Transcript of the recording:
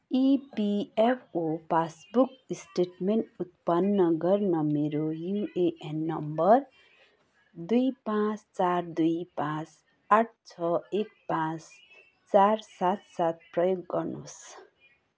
EPFO passbook statement उत्पन्न गर्न मेरो युएएन नम्बर दुई पाँच चार दुई पाँच आठ छ एक पाँच चार सात सात प्रयोग गर्नुहोस्